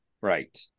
Right